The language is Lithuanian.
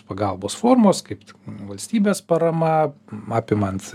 pagalbos formos kaip valstybės parama apimant